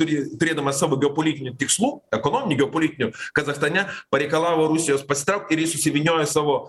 turi turėdama savo geopolitinių tikslų ekonominių geopolitinių kazachstane pareikalavo rusijos pasitraukt ir ji susivyniojo savo